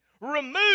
remove